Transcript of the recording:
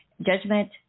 judgment